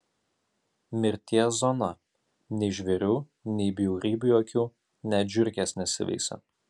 mirties zona nei žvėrių nei bjaurybių jokių net žiurkės nesiveisia